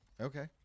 Okay